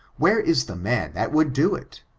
where is the man that would do it?